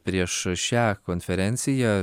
prieš šią konferenciją